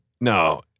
No